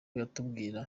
yatubwiye